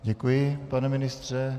Děkuji, pane ministře.